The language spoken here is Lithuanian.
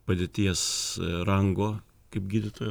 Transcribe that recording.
padėties rango kaip gydytojo